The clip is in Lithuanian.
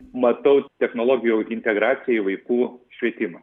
matau technologijų integraciją į vaikų švietimą